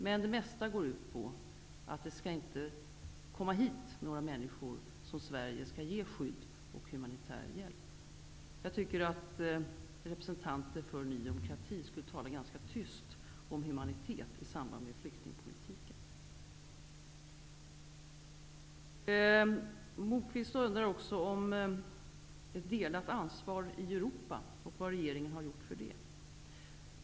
Men det mesta går ut på att det inte skall komma hit några människor som Sverige skall ge skydd och humanitär hjälp. Jag tycker att representanter för Ny demokrati skall tala ganska tyst om humanitet i samband med flyktingpolitiken. Lars Moquist undrar också om vad regeringen har gjort för att uppnå ett delat ansvar i Europa.